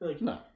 No